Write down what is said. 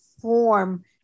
form